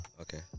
Okay